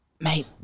mate